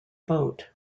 boat